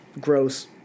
gross